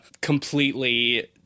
completely